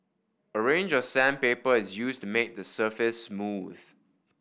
a range of sandpaper is used to make the surface smooth